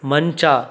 ಮಂಚ